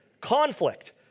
Conflict